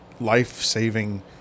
life-saving